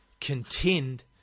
contend